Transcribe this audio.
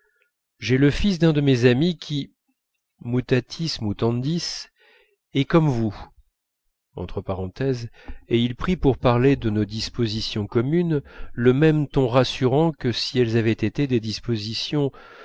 j'ai le fils d'un de mes amis qui mutatis mutandis est comme vous et il prit pour parler de nos dispositions communes le même ton rassurant que si elles avaient été des dispositions